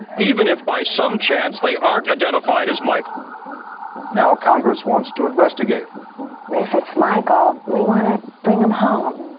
even if by some chance they aren't identified as michael now congress wants to investigate if it's michael, we want to bring him home